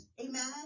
amen